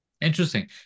Interesting